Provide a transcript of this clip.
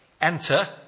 enter